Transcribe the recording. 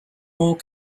more